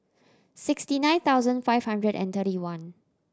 sixty nine thousand five hundred and thirty one